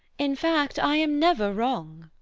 in fact, i am never wrong.